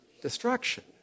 Destruction